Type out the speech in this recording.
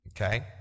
Okay